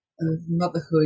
motherhood